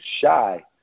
shy